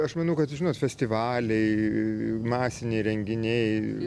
aš manau kad žinot festivaliai masiniai renginiai